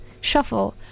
Shuffle